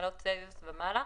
עלו בחקירות האלה?